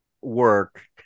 work